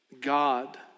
God